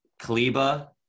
Kaliba